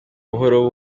buhoro